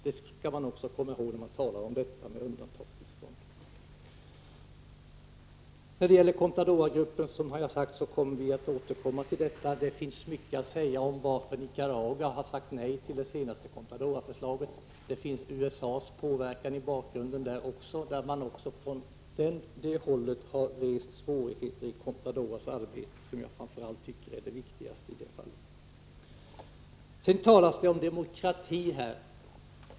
Det skall man också komma ihåg när man talar om undantagstillståndet. Contadoragruppen kommer vi, som jag har sagt, att återkomma till. Det finns mycket att säga om varför Nicaragua har sagt nej till det senaste Contadoraförslaget. USA:s påverkan finns i bakgrunden där också. Man har från det hållet rest svårigheter för Contadoragruppens arbete som jag tycker är det viktigaste i det fallet. Det talas om demokrati här.